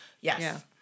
Yes